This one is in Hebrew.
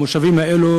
המושבים האלה,